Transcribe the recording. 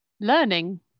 learning